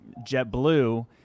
JetBlue